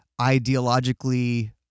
ideologically